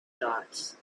dots